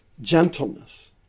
gentleness